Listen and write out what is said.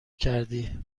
کردی